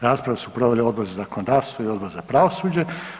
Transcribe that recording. Raspravu su proveli Odbor za zakonodavstvo i Odbor za pravosuđe.